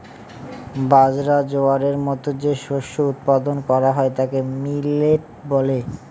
বাজরা, জোয়ারের মতো যে শস্য উৎপাদন করা হয় তাকে মিলেট বলে